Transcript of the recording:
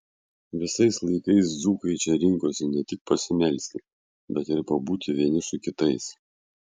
visais laikais dzūkai čia rinkosi ne tik pasimelsti bet ir pabūti vieni su kitais